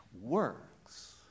works